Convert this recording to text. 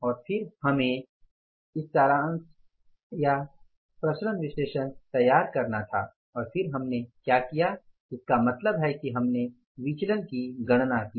और फिर हमें सारांश विवरण या विचरण विश्लेषण तैयार करना था और फिर हमने किया इसका मतलब है कि हमने विचलन की गणना की